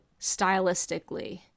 stylistically